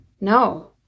No